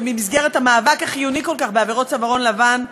ובמסגרת המאבק החיוני כל כך בעבירות צווארון לבן,